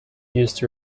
used